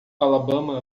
alabama